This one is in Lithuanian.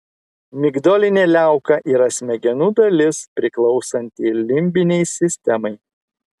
migdolinė liauka yra smegenų dalis priklausanti limbinei sistemai